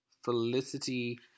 Felicity